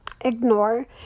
ignore